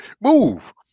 move